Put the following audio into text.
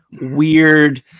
weird